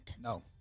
No